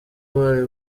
bari